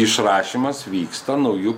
išrašymas vyksta naujų